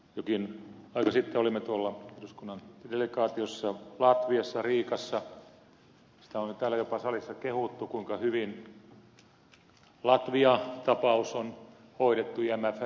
jokin aika sitten olimme eduskunnan delegaatiossa latviassa riiassa sitä on jo täällä jopa salissa kehuttu kuinka hyvin latvia tapaus on hoidettu imfn ehdoilla